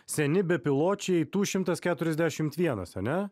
seni bepiločiai tu šimtas keturiasdešim vienas ane